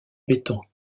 béton